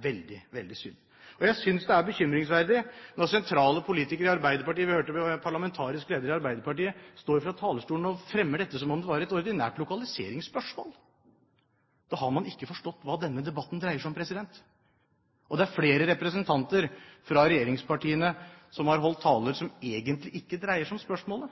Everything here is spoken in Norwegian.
veldig synd. Jeg synes det er bekymringsverdig når sentrale politikere i Arbeiderpartiet – vi hørte parlamentarisk leder i Arbeiderpartiet – står på talerstolen og fremmer dette som om det er et ordinært lokaliseringsspørsmål. Da har man ikke forstått hva denne debatten dreier seg om. Det er flere representanter fra regjeringspartiene som har holdt taler som egentlig ikke dreier seg om spørsmålet,